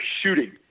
shooting